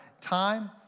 time